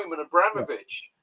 Abramovich